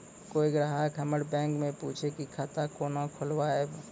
कोय ग्राहक हमर बैक मैं पुछे की खाता कोना खोलायब?